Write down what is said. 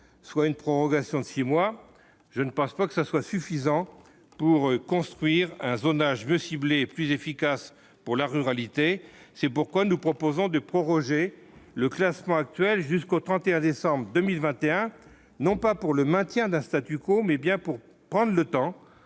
soit une progression de 6 mois je ne pense pas que cela soit suffisant pour construire un zonage veut cibler plus efficaces pour la ruralité, c'est pourquoi nous proposons de proroger le classement actuel jusqu'au 31 décembre 2021, non pas pour le maintien d'un statu quo, mais bien pour prendre le temps